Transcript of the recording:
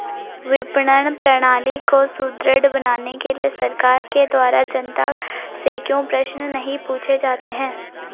विपणन प्रणाली को सुदृढ़ बनाने के लिए सरकार के द्वारा जनता से क्यों प्रश्न नहीं पूछे जाते हैं?